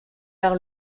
par